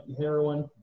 heroin